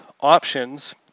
options